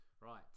Right